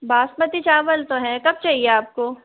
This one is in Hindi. बासमती चावल तो है कब चाहिए आपको